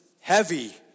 heavy